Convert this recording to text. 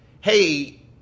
hey